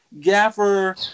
Gaffer